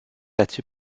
battu